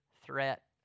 threat